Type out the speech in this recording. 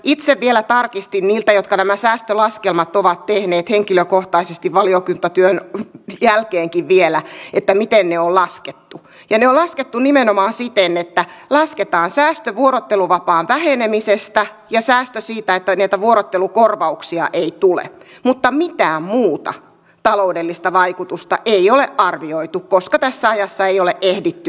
itse vielä tarkistin heiltä jotka nämä säästölaskelmat ovat tehneet henkilökohtaisesti valiokuntatyön jälkeenkin vielä miten ne on laskettu ja ne on laskettu nimenomaan siten että lasketaan säästö vuorotteluvapaan vähenemisestä ja säästö siitä että vuorottelukorvauksia ei tule mutta mitään muuta taloudellista vaikutusta ei ole arvioitu koska tässä ajassa ei ole ehditty arvioida